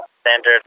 standard